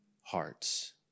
hearts